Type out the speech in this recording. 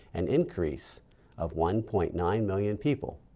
an increase of one point nine million people.